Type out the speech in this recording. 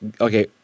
okay